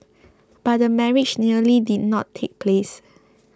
but the marriage nearly did not take place